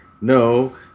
No